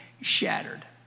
shattered